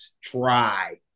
try